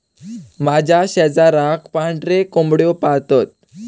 माझ्या शेजाराक पांढरे कोंबड्यो पाळतत